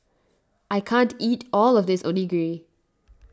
I can't eat all of this Onigiri